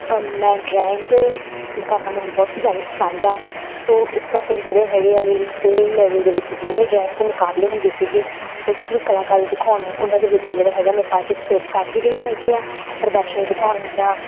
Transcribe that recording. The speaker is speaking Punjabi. ਮੈਂ ਡਰਾਇੰਗ ਕਰਨਾ ਮੈਨੂੰ ਬਹੁਤ ਜ਼ਿਆਦਾ ਪਸੰਦ ਆ ਸੋ ਇਸ ਕਰਕੇ ਜਿਹੜੇ ਹੈਗੇ ਹੈਗੇ ਸਕੂਲ ਲੈਵਲ ਦੇ ਵਿੱਚ ਜਿੰਨੇ ਡਰਾਇੰਗ ਦੇ ਮੁਕਾਬਲੇ ਹੁੰਦੇ ਸੀਗੇ ਕੁਛ ਵੀ ਕਲਾਕਾਰੀ ਦਿਖਾਉਣੀ ਉਹਨਾਂ ਦੇ ਵਿੱਚ ਜਿਹੜੇ ਹੈਗਾ ਮੈਂ ਪਾਰਟੀਸਪੇਟ ਕਰਦੀ ਰਹੀ ਹੈਗੀ ਹਾਂ ਪ੍ਰਦਰਸ਼ਨੀ ਦਿਖਾਉਣ ਦਾ